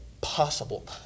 possible